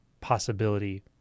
possibility